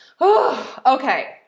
Okay